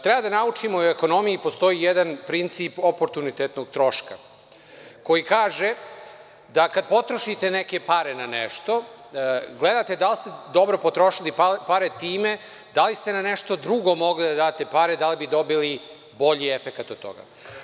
Treba da naučimo da u ekonomiji postoji jedan princip oportunitetnog troška koji kaže da kad potrošite neke pare na nešto, gledate da li ste dobro potrošili pare time da li ste na nešto drugo mogli da date pare da li bi dobili bolji efekat od toga.